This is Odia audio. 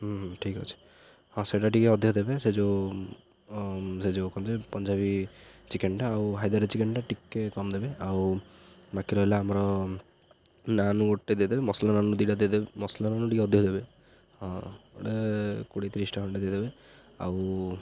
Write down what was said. ହୁଁ ହୁଁ ଠିକ୍ ଅଛି ହଁ ସେଇଟା ଟିକେ ଅଧିକ ଦେବେ ସେ ଯେଉଁ ସେ ଯେଉଁ କ'ଣ ପଞ୍ଜାବୀ ଚିକେନଟା ଆଉ ହାଇଦ୍ରାବାଦୀ ଚିକେନଟା ଟିକେ କମ୍ ଦେବେ ଆଉ ବାକି ରହିଲା ଆମର ନାନ ଗୋଟେ ଦେଇଦେବେ ମସଲା ନାନ ଦୁଇଟା ଦେଇଦେବେ ମସଲା ନାନ ଟିକେ ଅଧିକ ଦେବେ ହଁ ଗୋଟେ କୋଡ଼ିଏ ତିରିଶଟା ଖଣ୍ଡେ ଦେଇଦେବେ ଆଉ